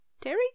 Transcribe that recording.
Terry